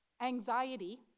anxiety